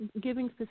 giving